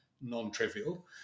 non-trivial